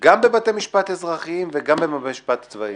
גם בבתי משפט אזרחיים וגם בבתי משפט צבאיים?